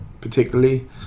particularly